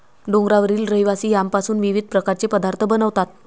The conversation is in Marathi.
डोंगरावरील रहिवासी यामपासून विविध प्रकारचे पदार्थ बनवतात